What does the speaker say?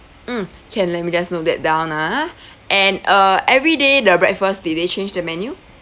mm can let me just note that down ah and uh every day the breakfast did they change the menu